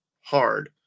hard